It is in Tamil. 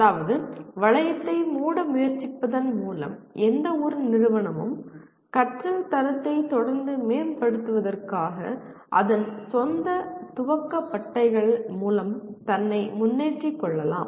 அதாவது வளையத்தை மூட முயற்சிப்பதன் மூலம் எந்த ஒரு நிறுவனமும் கற்றல் தரத்தை தொடர்ந்து மேம்படுத்துவதற்காக அதன் சொந்த துவக்க பட்டைகள் மூலம் தன்னைத் முன்னேற்றி கொள்ளலாம்